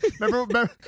Remember